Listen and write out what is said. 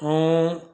ऐं